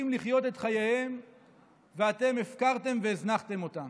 לחיות את חייהם ואתם הפקרתם והזנחתם אותם.